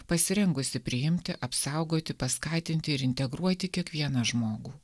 pasirengusi priimti apsaugoti paskatinti ir integruoti kiekvieną žmogų